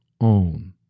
own